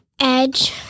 edge